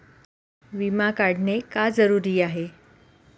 विमा काढणे का जरुरी आहे?